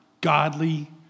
godly